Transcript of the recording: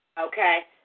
Okay